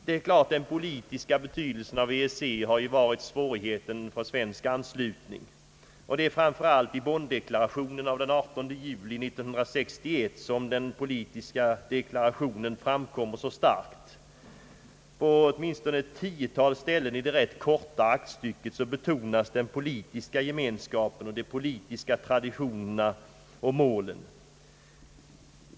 Det är klart att EEC:s politiska betydelse har varit svårigheten för svensk anslutning. Det är framför allt i Bonndeklarationen av den 18 juli 1961 som den politiska deklarationen framkommer så starkt. På åtminstone ett tiotal ställen i det rätt korta aktstycket betonas den politiska gemenskapen och de politiska traditionerna och målen.